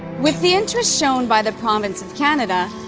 with the interest shown by the province of canada,